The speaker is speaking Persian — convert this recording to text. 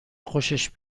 خوشش